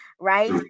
right